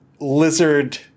lizard